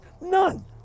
None